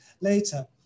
later